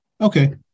Okay